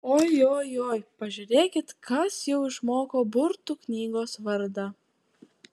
ojojoi tik pažiūrėkit kas jau išmoko burtų knygos vardą